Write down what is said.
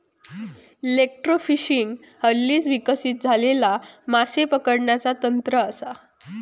electrofishing हल्लीच विकसित झालेला माशे पकडण्याचा तंत्र हा